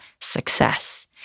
success